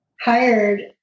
hired